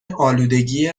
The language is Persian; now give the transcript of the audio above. آلودگی